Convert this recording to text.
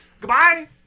Goodbye